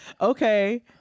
Okay